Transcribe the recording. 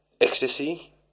ecstasy